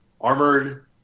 armored